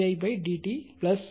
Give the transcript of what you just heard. d i dt